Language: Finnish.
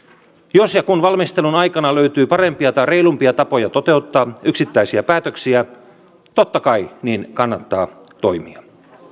jos ja kun valmistelun aikana löytyy parempia tai reilumpia tapoja toteuttaa yksittäisiä päätöksiä totta kai niin kannattaa toimia